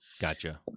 Gotcha